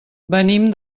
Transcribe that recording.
venim